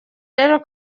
rero